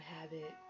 habit